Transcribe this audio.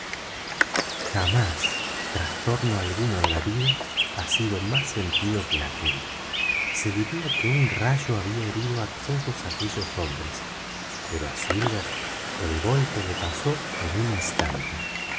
jamás trastorno alguno en la vida ha sido más sentido que aquel se diría que un rayo había herido á todos aquellos hombres pero á silver el golpe le pasó en un instante